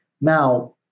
Now